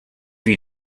you